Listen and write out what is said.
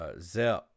Zep